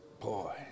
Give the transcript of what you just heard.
boy